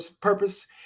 purpose